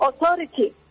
authority